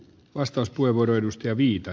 arvoisa herra puhemies